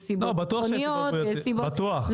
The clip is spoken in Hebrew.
סיבות ביטחוניות ויש סיבות --- בטוח,